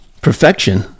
Perfection